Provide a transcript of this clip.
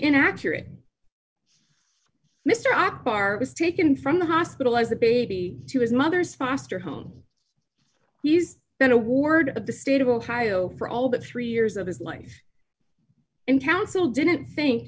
inaccurate mr akbar was taken from the hospital as a baby to his mother's foster home he's been a ward of the state of ohio for all but three years of his life in counsel didn't think